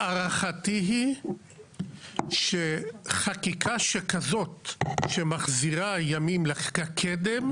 הערכתי היא שחקיקה שכזאת שמחזירה ימים לחקיקת קדם,